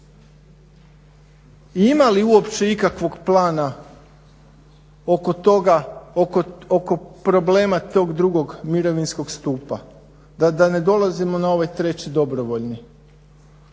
ima li uopće ikakvog plana oko toga, oko problema tog drugog mirovinskog stupa. Da ne dolazimo na ovaj 3. dobrovoljni.